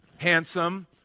Handsome